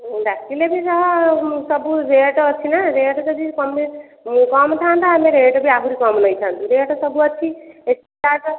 ଡ଼ାକିଲେ ବି ସବୁ ରେଟ୍ ଅଛି ନା ରେଟ୍ ଯଦି କମେ କମ ଥାଅନ୍ତା ଆମେ ରେଟ୍ ବି ଆହୁରି କମ ନେଇଥାଆନ୍ତୁ ରେଟ୍ ସବୁଅଛି ଏସି ଚାର୍ଜ